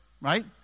right